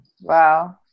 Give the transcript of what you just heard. Wow